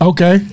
Okay